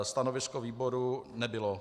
Stanovisko výboru nebylo.